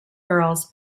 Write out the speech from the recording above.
girls